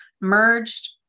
merged